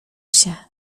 się